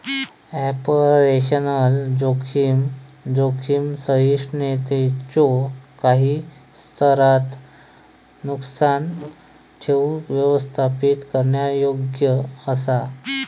operational जोखीम, जोखीम सहिष्णुतेच्यो काही स्तरांत नुकसान ठेऊक व्यवस्थापित करण्यायोग्य असा